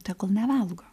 tegul nevalgo